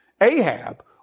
Ahab